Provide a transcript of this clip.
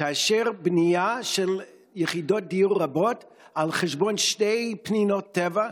תאשר בנייה של יחידות דיור רבות על חשבון שתי פנינות טבע,